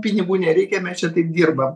pinigų nereikia mes čia taip dirbam